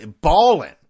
balling